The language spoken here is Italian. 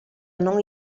non